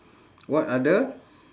what are the